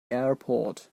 airport